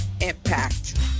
impact